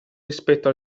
rispetto